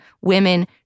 women